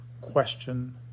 question